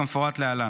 כמפורט להלן: